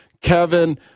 Kevin